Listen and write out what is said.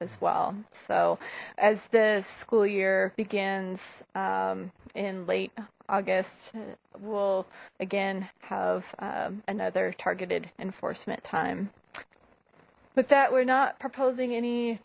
as well so as this school year begins in late august will again have another targeted enforcement time with that we're not proposing any